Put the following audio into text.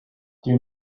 you